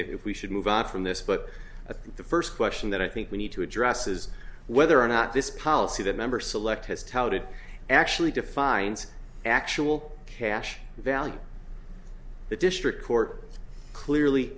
if we should move on from this but i think the first question that i think we need to address is whether or not this policy that member select has touted actually defines actual cash value the district court clearly